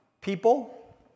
people